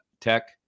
tech